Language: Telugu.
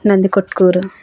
నంది కొట్కూరు